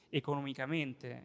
economicamente